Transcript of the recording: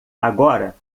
agora